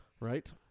Right